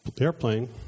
airplane